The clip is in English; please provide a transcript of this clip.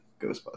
Ghostbusters